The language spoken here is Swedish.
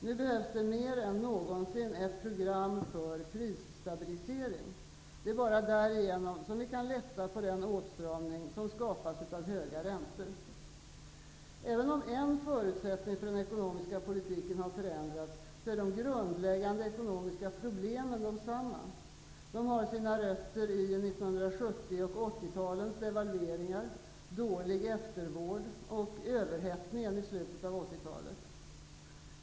Nu behövs mer än någonsin ett program för prisstabilisering. Bara därigenom kan vi lätta på den åtstramning som skapas av höga räntor. Även om en förutsättning för den ekonomiska politiken har förändrats, är de grundläggande ekonomiska problemen desamma. De har sina rötter i 1970 och 1980-talens devalveringar, dålig eftervård och överhettningen i slutet av 1980-talet.